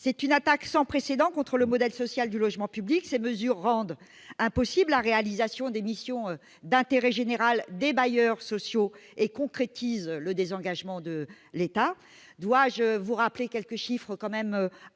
c'est une attaque sans précédent contre le modèle social du logement public ces mesures rendent impossible la réalisation des missions d'intérêt général des bailleurs sociaux et concrétise le désengagement de l'État, dois je vous rappeler quelques chiffres quand même alarmant